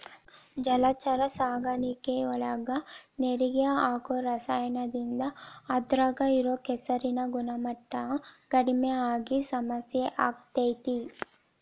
ಜಲಚರ ಸಾಕಾಣಿಕೆಯೊಳಗ ನೇರಿಗೆ ಹಾಕೋ ರಾಸಾಯನಿಕದಿಂದ ಅದ್ರಾಗ ಇರೋ ಕೆಸರಿನ ಗುಣಮಟ್ಟ ಕಡಿಮಿ ಆಗಿ ಸಮಸ್ಯೆ ಆಗ್ತೇತಿ